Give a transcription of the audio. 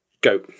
go